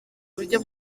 uburyo